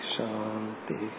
Shanti